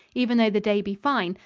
even though the day be fine,